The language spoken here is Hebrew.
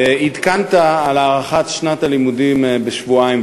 עדכנת על הארכת שנת הלימודים בשבועיים,